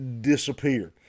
disappear